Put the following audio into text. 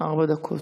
ארבע דקות.